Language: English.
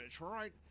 right